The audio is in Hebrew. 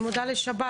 אני מודה לשב"ס,